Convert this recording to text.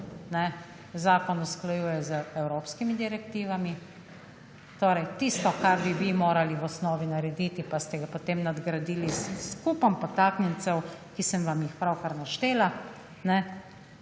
zakon usklajuje z evropskimi direktivami. Torej tisto, kar bi vi morali v osnovi narediti, pa ste potem nadgradili s kupom podtaknjencev, ki sem vam jih pravkar naštela.